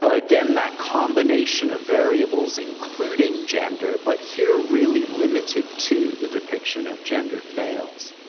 ah again, that combination of variables including gender, but here really limited to the depiction of gendered males.